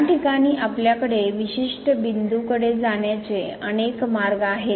याठिकाणी आपल्याकडे विशिष्ट बिंदूकडे जाण्याचे अनेक मार्ग आहेत